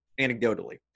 anecdotally